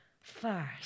first